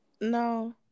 No